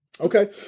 Okay